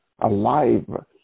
alive